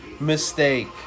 mistake